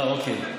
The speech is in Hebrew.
אה, אוקיי.